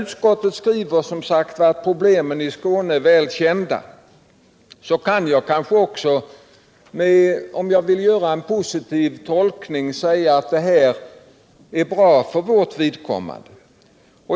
Utskottets skrivning att problemen i Skåne är väl kända kan jag med en positiv tolkning säga är bra för vårt vidkommande.